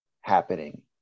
happening